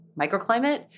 microclimate